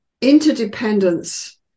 interdependence